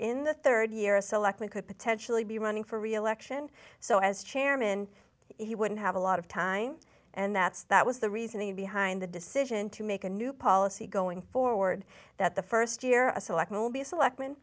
in the third year a selectman could potentially be running for reelection so as chairman he wouldn't have a lot of time and that's that was the reasoning behind the decision to make a new policy going forward that the first year select will be select